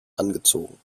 angezogen